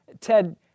Ted